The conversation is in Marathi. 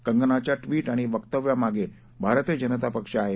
कंगनाच्या ट्वीट आणि वक्तव्यांमागे भारतीय जनता पक्ष आहे